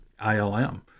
ILM